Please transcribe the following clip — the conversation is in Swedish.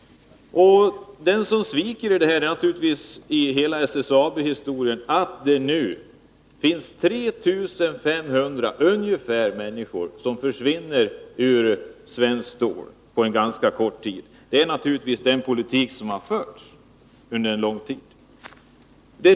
Vad som innebär ett svek i hela SSAB-historien — nu kommer ungefär 3 500 människor att försvinna från svensk stålindustri på ganska kort tid — är naturligtvis den politik som förts under lång tid.